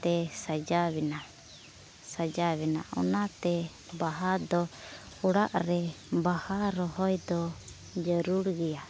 ᱛᱮ ᱥᱟᱡᱟᱣ ᱮᱱᱟ ᱥᱟᱡᱟᱣ ᱮᱱᱟ ᱚᱱᱟᱛᱮ ᱵᱟᱦᱟ ᱫᱚ ᱚᱲᱟᱜ ᱨᱮ ᱵᱟᱦᱟ ᱨᱚᱦᱚᱭ ᱫᱚ ᱡᱟᱹᱨᱩᱲ ᱜᱮᱭᱟ